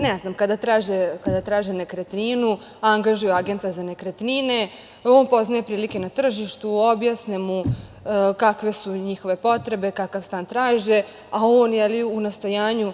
neretko kada traže nekretninu angažuju agenta za nekretnine, on poznaje prilike na tržištu, objasne mu kakve su njihove potrebe, kakav stan traže, a on, u nastojanju